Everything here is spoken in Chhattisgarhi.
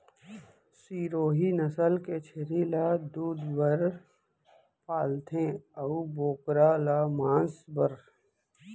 सिरोही नसल के छेरी ल दूद बर पालथें अउ बोकरा ल मांस बर